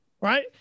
right